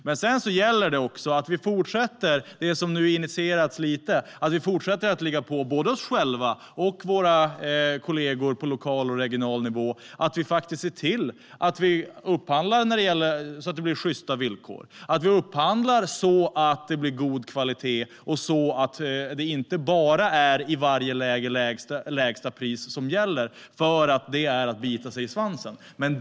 Men sedan gäller det också att vi fortsätter det som nu initierats lite, att vi fortsätter att ligga på både oss själva och våra kollegor på lokal och regional nivå och ser till att vi upphandlar så att det blir sjysta villkor och god kvalitet och så att det inte bara är lägsta pris som gäller i varje läge, för att det är att bita sig i svansen.